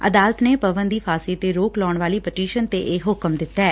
ਅਦਾਲਤ ਨੇ ਪਵਨ ਦੀ ਫਾਂਸੀ ਤੇ ਰੋਕ ਲਾਉਣ ਵਾਲੀ ਪਟੀਸ਼ਨ ਤੇ ਇਹ ਹੁਕਮ ਦਿੱਤੈ